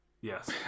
Yes